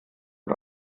und